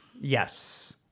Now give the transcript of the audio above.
yes